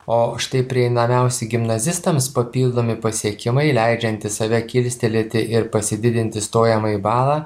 o štai prieinamiausi gimnazistams papildomi pasiekimai leidžiantys save kilstelėti ir pasididinti stojamąjį balą